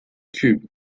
cube